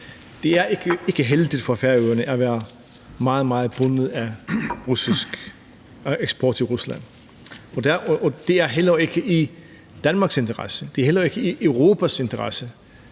Det er ikke heldigt for Færøerne at være meget, meget bundet af eksport til Rusland, og det er heller ikke i Danmarks interesse, og det er heller ikke i Europas interesse,